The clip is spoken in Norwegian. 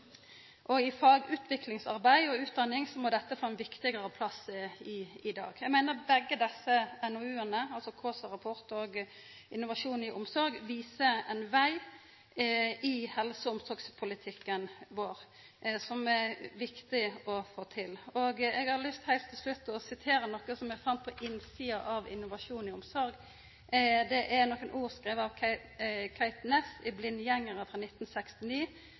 I fagutviklingsarbeid og utdanning må dette få ein viktigare plass enn i dag. Eg meiner at begge desse NOU-ane, altså Kaasa-rapporten og Innovasjon i omsorg, viser ein veg i helse- og omsorgspolitikken vår som det er viktig å få til. Eg har heilt til slutt lyst til å sitera noko som eg fann på innsida av Innovasjon i omsorg. Det er nokre ord skrivne av Kate Næss i Blindgjengere frå 1969,